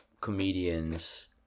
comedians